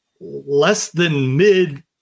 less-than-mid